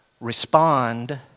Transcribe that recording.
respond